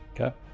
okay